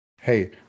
Hey